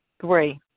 three